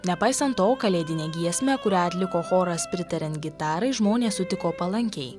nepaisant to kalėdinę giesmę kurią atliko choras pritariant gitarai žmonės sutiko palankiai